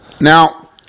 Now